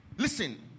Listen